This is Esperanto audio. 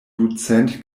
ducent